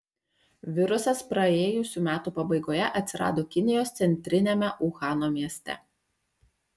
virusas praėjusių metų pabaigoje atsirado kinijos centriniame uhano mieste